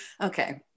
okay